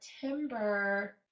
september